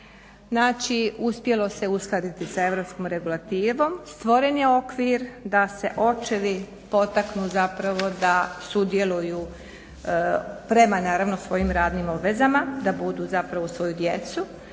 Znači uspjelo se uskladiti sa europskom regulativom, stvoren je okvir da se očevi potaknu da sudjeluju prema naravno svojim radnim obvezama da budu uz svoju djecu